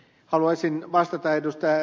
haluaisin vastata ed